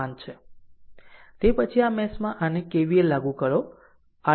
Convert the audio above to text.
તે પછી આ મેશ માં આને KVL લાગુ કરો r લાગુ કરો